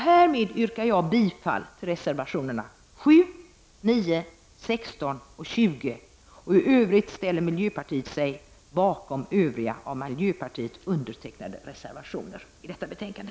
Härmed yrkar jag bifall till reservationerna 7, 9, 16 och 20. I övrigt ställer sig miljöpartiet bakom övriga av mig undertecknade reservationer i detta betänkande.